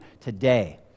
today